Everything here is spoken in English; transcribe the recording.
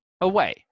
away